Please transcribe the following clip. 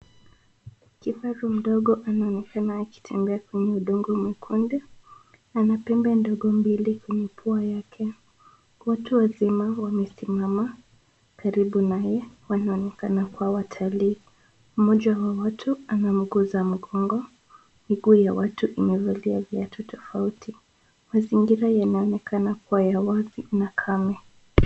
Kifaru mdogo anaonekana akitembea kwenye udongo mwekundu, anapembe ndogo mbili kwenye pua yake. Watu wazima wamesimama karibu naye wanaonekana kuwa watalii, mmoja wa watu anamguza mgongo. Miguu ya watu imevalia viatu tofauti, mazingira yanaonekana kuwa ya wazi na kame.